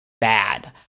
bad